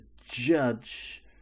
judge